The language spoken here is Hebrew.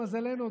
למזלנו,